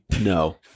No